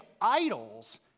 idols